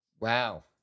Wow